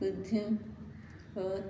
ਕੁਝ ਹੋਰ